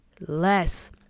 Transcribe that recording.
less